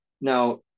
Now